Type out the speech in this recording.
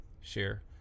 share